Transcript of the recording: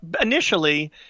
initially